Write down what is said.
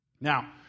Now